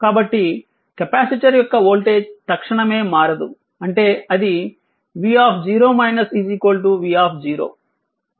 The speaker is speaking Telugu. కాబట్టి కెపాసిటర్ యొక్క వోల్టేజ్ తక్షణమే మారదు అంటే అది v v